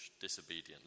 disobedient